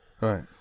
Right